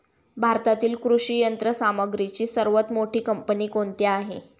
भारतातील कृषी यंत्रसामग्रीची सर्वात मोठी कंपनी कोणती आहे?